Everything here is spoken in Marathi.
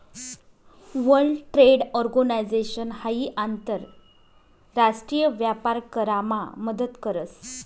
वर्ल्ड ट्रेड ऑर्गनाईजेशन हाई आंतर राष्ट्रीय व्यापार करामा मदत करस